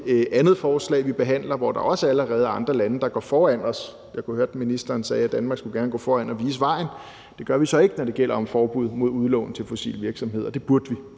andet forslag, vi behandler, hvor der også allerede er andre lande, der er foran os. Jeg kunne høre, at ministeren sagde, at Danmark gerne skulle gå foran og vise vejen. Det gør vi så ikke, når det gælder forbud mod udlån til fossile virksomheder, men det burde vi.